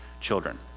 children